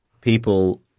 people